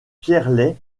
pierrelaye